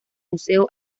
museo